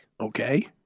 Okay